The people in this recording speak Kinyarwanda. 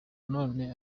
nanone